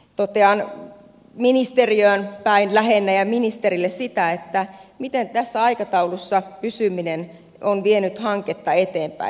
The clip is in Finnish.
totean ministeriöön päin lähinnä ja ministerille sitä miten tässä aikataulussa pysyminen on vienyt hanketta eteenpäin